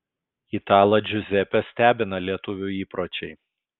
italą džiuzepę stebina lietuvių įpročiai